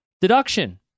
deduction